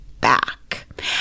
back